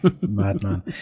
Madman